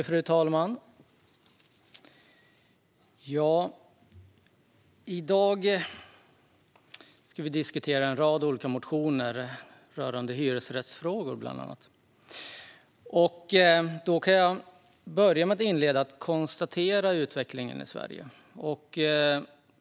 Fru talman! I dag ska vi diskutera en rad olika motioner rörande bland annat hyresrättsfrågor. Jag kan börja med att konstatera hur utvecklingen i Sverige ser ut.